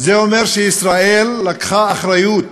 זה אומר שישראל לקחה אחריות